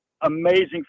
amazing